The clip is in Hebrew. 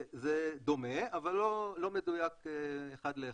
זה דומה, אבל לא מדויק אחד לאחד.